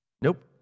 Nope